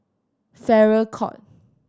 Farrer Court